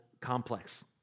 complex